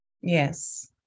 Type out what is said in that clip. Yes